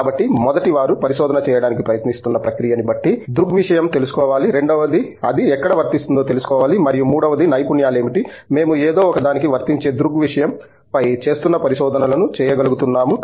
కాబట్టి మొదట వారు పరిశోధన చేయడానికి ప్రయత్నిస్తున్న ప్రక్రియ ని బట్టి దృగ్విషయం తెలుసుకోవాలి రెండవది అది ఎక్కడ వర్తిస్తుందో తెలుసుకోవాలి మరియు మూడవది వారి నైపుణ్యాలు ఏమిటి మేము ఏదో ఒకదానికి వర్తించే దృగ్విషయంపై చేస్తున్న పరిశోధనలను చేయగలుగుతున్నాము